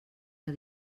que